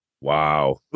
Wow